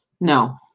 No